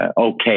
okay